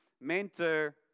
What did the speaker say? mentor